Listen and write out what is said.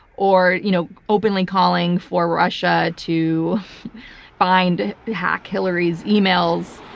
or you know openly calling for russia to find hack hillary's emails,